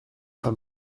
femme